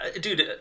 dude